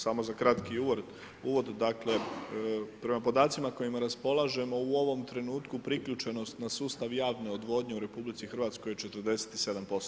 Samo za kratki uvod, dakle prema podacima kojima raspolažemo u ovom trenutku priključenost na sustav javne odvodnje u RH je 47%